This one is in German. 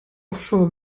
offshore